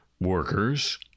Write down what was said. workers